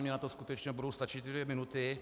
Mně na to skutečně budou stačit dvě minuty.